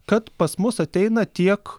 kad pas mus ateina tiek